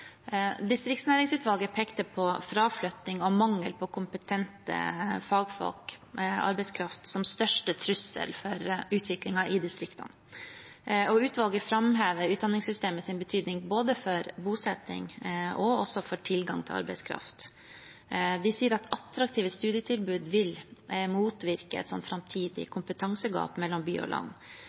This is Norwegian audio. Distriktsnæringsutvalget pekte på fraflytting og mangel på kompetente fagfolk og arbeidskraft som den største trusselen for utviklingen i distriktene. Utvalget framhever utdanningssystemets betydning både for bosetting og også for tilgang på arbeidskraft. De sier at attraktive studietilbud vil motvirke et slikt framtidig kompetansegap mellom by og land.